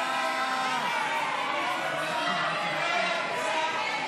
סעיף 3,